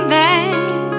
back